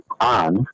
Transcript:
on